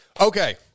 Okay